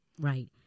right